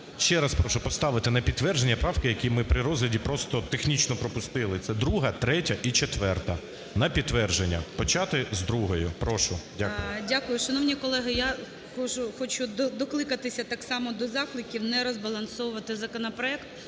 ще раз прошу поставити на підтвердження правки, які ми при розгляді просто технічно пропустили, – це 2-а, 3-я і 4-а. На підтвердження. Почати з 2-ї. Прошу. Дякую. ГОЛОВУЮЧИЙ. Дякую. Шановні колеги, я хочу докликатися так само до закликів не розбалансовувати законопроект,